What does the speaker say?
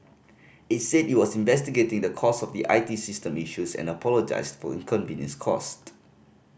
it said it was investigating the cause of the I T system issues and apologised for inconvenience caused